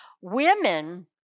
women